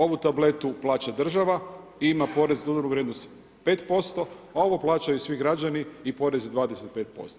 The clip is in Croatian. Ovu tabletu plaća država i ima porez na dodanu vrijednost 5%, a ovo plaćaju svi građani i porez je 25%